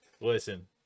Listen